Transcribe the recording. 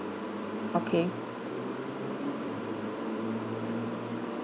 okay